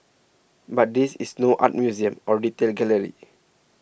but this is no art museum or retail gallery